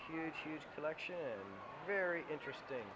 huge huge collection very interesting